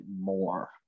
more